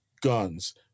guns